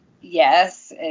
Yes